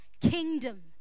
kingdom